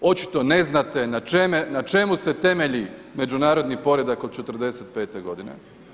Očito ne znate na čemu se temelji međunarodni poredak od '45. godine?